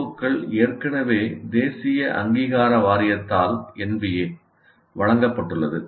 PO கள் ஏற்கனவே தேசிய அங்கீகார வாரியத்தால் வழங்கப்பட்டுள்ளது